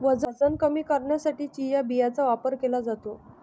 वजन कमी करण्यासाठी चिया बियांचा वापर केला जातो